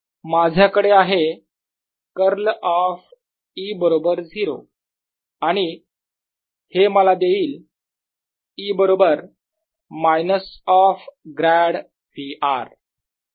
माझ्याकडे आहे curl of E बरोबर 0 आणि हे मला देईल E बरोबर minus of grad V r